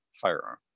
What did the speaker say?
firearm